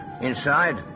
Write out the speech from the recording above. Inside